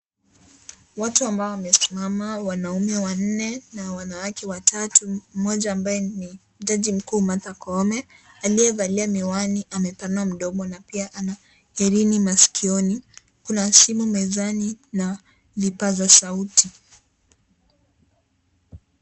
Watu ambao wamesimama wanaume wanne na wanawake watatu, mmoja ambaye ni jaji mkuu Martha Koome, aliyevalia miwani amepanua mdomo na pia ana herini maskioni. Kuna simu mezani na vipaza sauti.